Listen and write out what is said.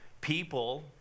people